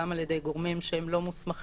גם על ידי גורמים שהם לא מוסמכים,